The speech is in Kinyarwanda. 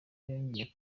yongeye